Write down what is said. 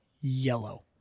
yellow